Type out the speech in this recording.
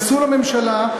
היכנסו לממשלה,